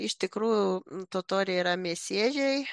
iš tikrųjų totoriai yra mėsėdžiai